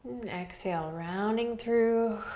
exhale, rounding through.